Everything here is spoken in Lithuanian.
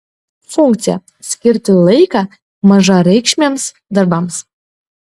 funkcija skirti laiką mažareikšmiams darbams